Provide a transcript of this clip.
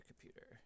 computer